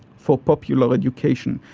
for popular education,